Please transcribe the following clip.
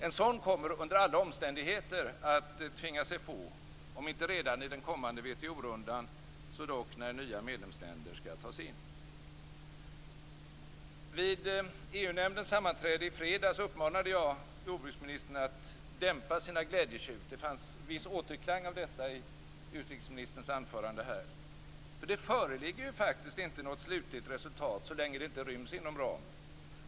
En sådan kommer under alla omständigheter att tvinga sig på, om inte redan i den kommande WTO-rundan så dock när nya medlemsländer skall tas in. Vid EU-nämndens sammanträde i fredags uppmanade jag jordbruksministern att dämpa sina glädjetjut. Det fanns en viss återklang av detta i utrikesministerns anförande här. Det föreligger ju faktiskt inte något slutligt resultat så länge det inte ryms inom ramen.